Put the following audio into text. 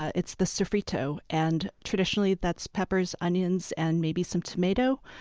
it's the sofrito and traditionally that's peppers, onions, and maybe some tomato.